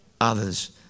others